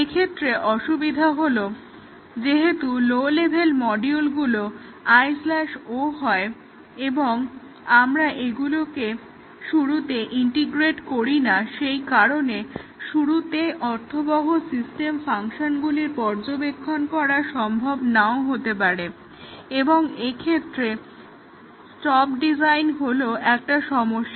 এক্ষেত্রে অসুবিধা হলো যেহেতু লো লেভেল মডিউলগুলো IO হয় এবং আমরা এগুলোকে শুরুতে ইন্টিগ্রেট করি না সেই কারণে শুরুতে অর্থবহ সিস্টেম ফাংশনগুলির পর্যবেক্ষণ করা সম্ভব নাও হতে পারে এবং এক্ষেত্রে স্টপ ডিজাইন হলো একটা সমস্যা